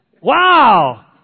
Wow